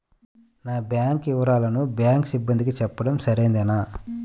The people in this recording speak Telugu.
నా బ్యాంకు వివరాలను బ్యాంకు సిబ్బందికి చెప్పడం సరైందేనా?